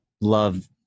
love